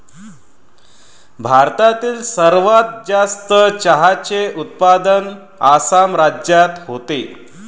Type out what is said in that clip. भारतातील सर्वात जास्त चहाचे उत्पादन आसाम राज्यात होते